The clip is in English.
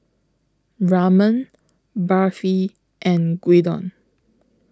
Ramen Barfi and Gyudon